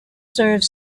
serves